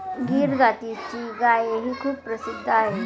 गीर जातीची गायही खूप प्रसिद्ध आहे